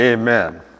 Amen